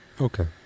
Okay